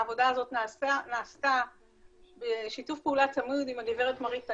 העבודה הזאת נעשתה בשיתוף פעולה צמוד עם הגב' מארי טאנוס,